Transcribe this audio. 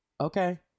Okay